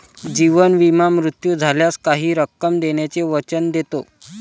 जीवन विमा मृत्यू झाल्यास काही रक्कम देण्याचे वचन देतो